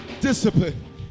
Discipline